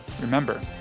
Remember